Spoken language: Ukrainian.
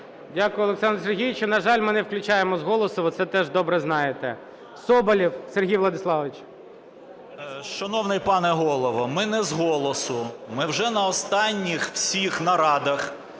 Дякую, Олександр Сергійович. На жаль, ми не включаємо з голосу, ви це теж добре знаєте. Соболєв Сергій Владиславович. 11:50:06 СОБОЛЄВ С.В. Шановний пане Голово, ми не з голосу. Ми вже на останніх всіх нарадах